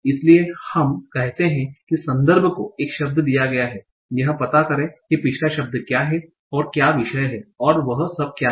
इसलिए हम कहते हैं कि संदर्भ को एक शब्द दिया गया है यह पता करें कि पिछला शब्द क्या है और क्या विषय है और वह सब क्या है